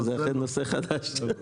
שזה אכן נושא חדש.